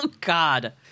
God